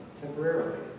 temporarily